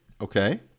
Okay